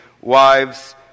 Wives